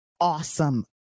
awesome